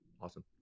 awesome